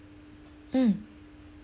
mm